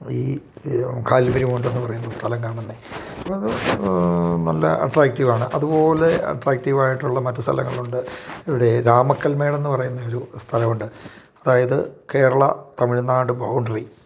ഈ കാൽപരിമൗണ്ടെന്ന് പറയുന്ന സ്ഥലം കാണുന്നത് അപ്പം അത് നല്ല അട്രാക്റ്റീവാണ് അതുപോലെ അട്രാക്റ്റീവായിട്ടുള്ള മറ്റ് സ്ഥലങ്ങളുണ്ട് ഇവിടെ രാമക്കൽമേടെന്ന് പറയുന്ന ഒരു സ്ഥലമുണ്ട് അതായത് കേരള തമിഴ്നാട് ബൗണ്ടറി